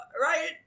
Right